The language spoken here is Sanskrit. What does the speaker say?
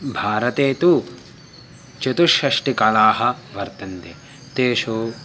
भारते तु चतुष्षष्टिकलाः वर्तन्ते तासु